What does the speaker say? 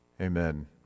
Amen